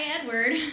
Edward